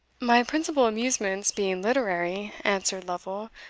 my principal amusements being literary, answered lovel,